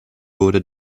wurde